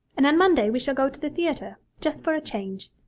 and on monday we shall go to the theatre, just for a change.